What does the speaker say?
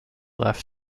left